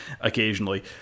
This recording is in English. occasionally